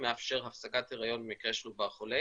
מאפשר הפסקת היריון במקרה של עובר חולה.